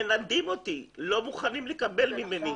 מנדים אתי ולא מוכנים לקבל ממני,